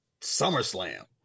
SummerSlam